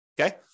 okay